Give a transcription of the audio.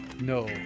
No